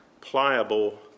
pliable